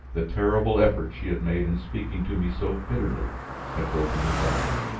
the terrible effort she had made in speaking to me so bitterly had broken her down.